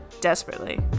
desperately